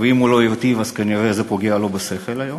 ואם הוא לא הרטיב אז זה כנראה זה פוגע לו בשכל היום,